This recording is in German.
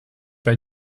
bei